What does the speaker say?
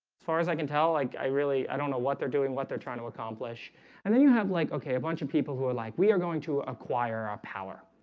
far as i can tell like i really i don't know what they're doing what they're trying to accomplish and then you have like okay a bunch of and people who are like we are going to acquire our power